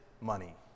money